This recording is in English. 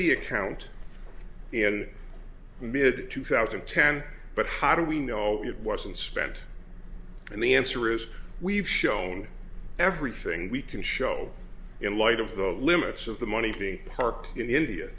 the account in mid two thousand and ten but how do we know it wasn't spent and the answer is we've shown everything we can show in light of the limits of the money being parked in india